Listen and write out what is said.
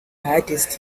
hardest